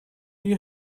you